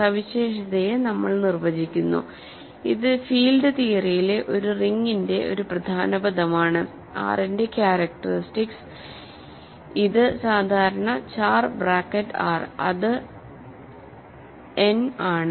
സവിശേഷതയെ നമ്മൾ നിർവചിക്കുന്നു ഇത് ഫീൽഡ് തിയറിയിലെ ഒരു റിങിന്റെ ഒരു പ്രധാന പദമാണ് R ന്റെ ക്യാരക്ടറിസ്റ്റിക്സ് ഇത് സാധാരണ ചാർ ബ്രാക്കറ്റ് Rഅത് n ആണ്